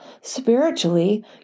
Spiritually